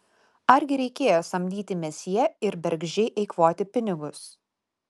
argi reikėjo samdyti mesjė ir bergždžiai eikvoti pinigus